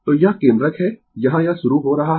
तो यह केंद्रक है यहाँ यह शुरु हो रहा है